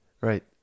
Right